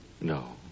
No